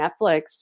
Netflix